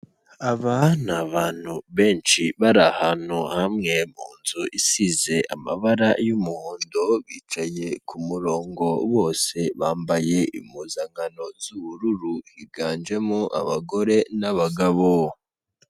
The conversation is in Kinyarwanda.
Aba ni abantu benshi bari ahantu hamwe mu nzu isize amabara y'umuhondo bicaye ku murongo bose bambaye impuzankano z'ubururu higanjemo abagore n'abagabo.